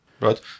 Right